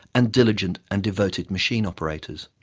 and diligent and devoted machine operators.